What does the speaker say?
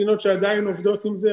יש מדינות שעדיין עובדות עם זה,